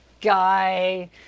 guy